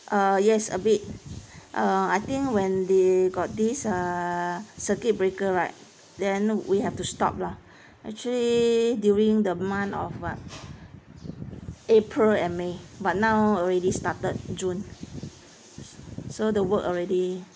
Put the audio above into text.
uh yes a bit uh I think when they got this ah circuit breaker right then we have to stop lah actually during the month of what april and may but now already started june so the work already